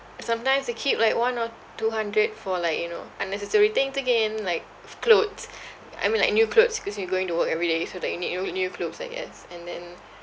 sometimes I keep like one or two hundred for like you know unnecessary things again like f~ clothes I mean like new clothes cause we're going to work every day so like you need you know new clothes I guess and then